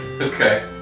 Okay